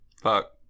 Fuck